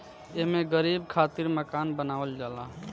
एमे गरीब खातिर मकान बनावल जाला